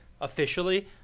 officially